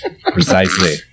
Precisely